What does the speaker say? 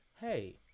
hey